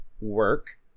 work